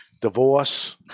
Divorce